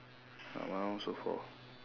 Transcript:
uh my one also four